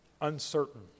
uncertain